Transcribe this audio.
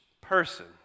person